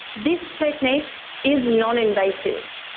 this technique is non-invasive,